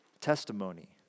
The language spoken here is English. testimony